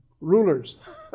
Rulers